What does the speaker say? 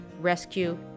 rescue